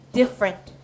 different